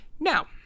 Now